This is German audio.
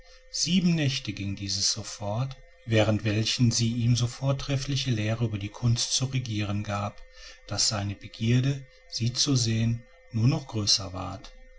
sieben nächte ging dies so fort während welchen sie ihm so vortreffliche lehren über die kunst zu regieren gab daß seine begierde sie zu sehen nur noch größer ward